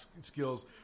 skills